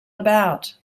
about